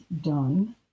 done